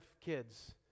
kids